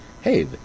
Hey